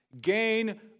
gain